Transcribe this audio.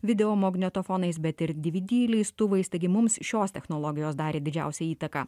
videomagnetofonais bet ir dvd leistuvais taigi mums šios technologijos darė didžiausią įtaką